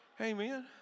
Amen